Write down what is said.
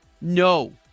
No